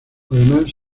además